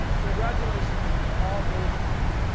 congratulations to all those honored.